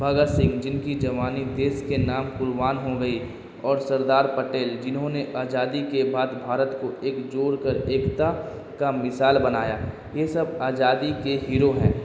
بھگت سنگھ جن کی جوانی دیس کے نام قربان ہو گئی اور سردار پٹیل جنہوں نے آزادی کے بعد بھارت کو ایک جوڑ کر ایکتا کا مثال بنایا یہ سب آزادی کے ہیرو ہیں